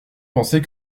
pensait